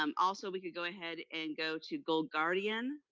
um also, we could go ahead and go to gold guardian,